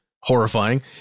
horrifying